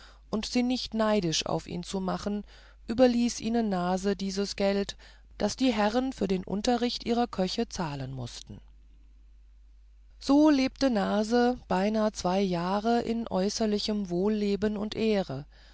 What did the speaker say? und sie nicht neidisch auf ihn zu machen überließ ihnen nase dieses geld das die herren für den unterricht ihrer köche zahlen mußten so lebte nase beinahe zwei jahre in äußerlichem wohlleben und ehre